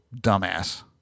dumbass